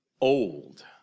old